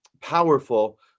powerful